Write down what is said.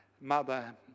mother